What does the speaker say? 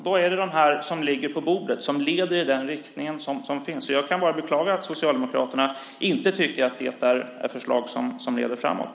Då är det de förslag som nu ligger på bordet som leder i den riktning som finns. Jag kan bara beklaga att Socialdemokraterna inte tycker att det är förslag som leder framåt.